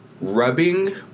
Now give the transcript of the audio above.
rubbing